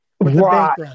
Right